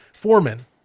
foreman